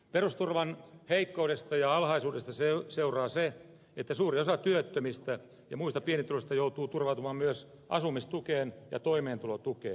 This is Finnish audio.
perusturvan heikkoudesta ja alhaisuudesta seuraa se että suuri osa työttömistä ja muista pienituloisista joutuu turvautumaan myös asumistukeen ja toimeentulotukeen